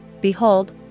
Behold